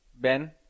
Ben